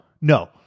no